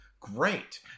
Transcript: great